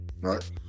Right